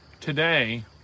today